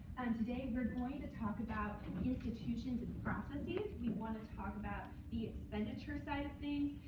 today, we're going to talk about institutions and processes. we want to talk about the expenditure side of things.